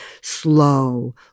slow